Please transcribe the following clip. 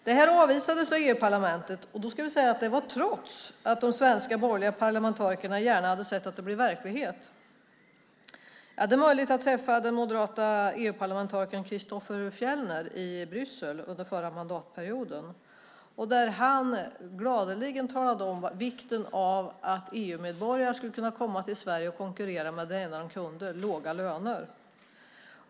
Det här avvisades av EU-parlamentet, trots att de svenska borgerliga parlamentarikerna gärna hade sett att det blev verklighet. Jag hade möjlighet att träffa den moderata EU-parlamentarikern Christofer Fjellner i Bryssel under förra mandatperioden. Han talade gladeligen om vikten av att EU-medborgare skulle kunna komma till Sverige och konkurrera med det enda de kunde, nämligen låga löner.